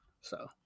So-